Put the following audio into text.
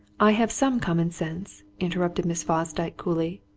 i have some common sense, interrupted miss fosdyke coolly.